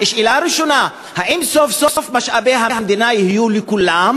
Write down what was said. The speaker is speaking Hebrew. שאלה ראשונה: האם סוף-סוף משאבי המדינה יהיו לכולם,